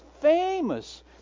famous